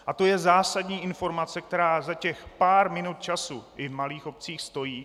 A to je zásadní informace, která za těch pár minut času i v malých obcích stojí.